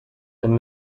and